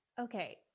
Okay